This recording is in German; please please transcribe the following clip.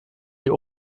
die